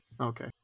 Okay